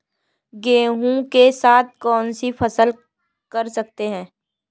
गेहूँ के साथ कौनसी फसल कर सकते हैं?